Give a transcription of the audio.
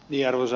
järvessä